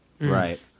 Right